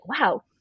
wow